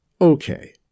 Okay